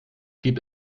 gibt